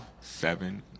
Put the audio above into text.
seven